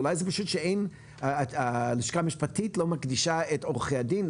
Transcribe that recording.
אולי זה פשוט שהלשכה המשפטית לא מקדישה את עורכי הדין?